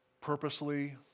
purposely